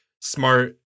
smart